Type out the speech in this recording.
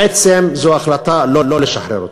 בעצם זו החלטה לא לשחרר אותם.